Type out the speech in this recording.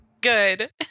good